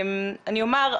אני אומר,